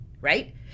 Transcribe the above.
right